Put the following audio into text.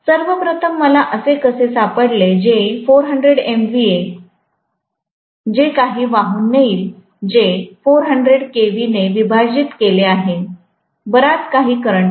सर्व प्रथम मला असे कसे सापडेल जे 400MVA जे काही वाहून नेईल जे 400 KV ने विभाजित केले आहे बराच काही करंट आहे